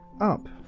up